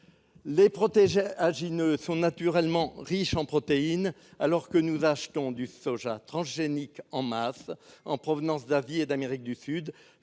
Les protéagineux sont naturellement riches en protéines, alors que nous achetons du soja transgénique en masse en provenance d'Asie et d'Amérique du Sud.